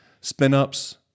spin-ups